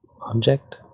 object